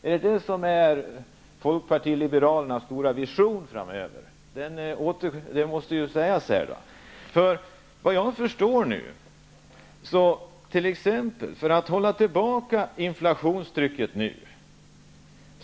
Är detta Folkpartiet liberalernas stora vision framöver? Om det är så, måste det uttalas här.